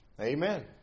Amen